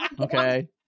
Okay